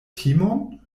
timon